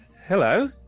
Hello